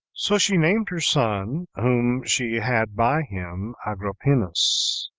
so she named her son whom she had by him agrippinus.